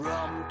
Rum